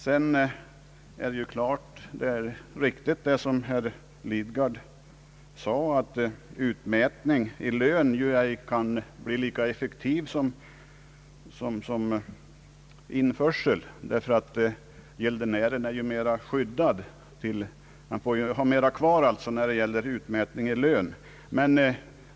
Det är naturligtvis riktigt, som herr Ligard sade, att utmätning i lön inte kan bli lika effektiv som införsel. Gäldenären får ju ha mera kvar av sin inkomst, när det blir fråga om utmätning i lön.